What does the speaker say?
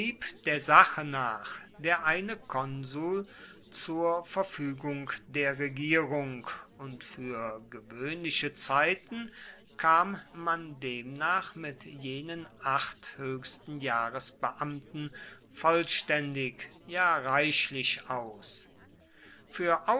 der sache nach der eine konsul zur verfügung der regierung und für gewöhnliche zeiten kam man demnach mit jenen acht höchsten jahresbeamten vollständig ja reichlich aus für